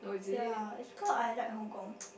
ya it's because I like Hong-Kong